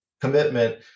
commitment